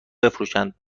بفروشند